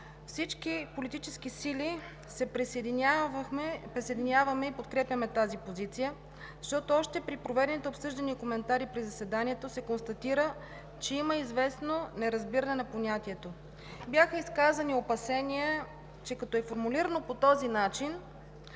Всички политически сили се присъединяваме и подкрепяме тази позиция, защото още при проведените обсъждания и коментари на заседанието се коментира, че има известно неразбиране на понятието. Бяха изказани опасения, че като е формулирано по този начин,